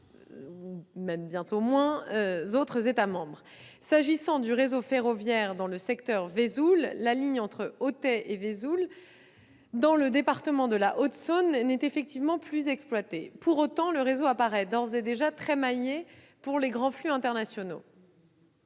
autres- bientôt moins ! -États membres. S'agissant du réseau ferroviaire dans le secteur de Vesoul, la ligne entre Autet et Vesoul, dans le département de la Haute-Saône, n'est effectivement plus exploitée. Pour autant, le réseau paraît d'ores et déjà très maillé pour les grands flux internationaux.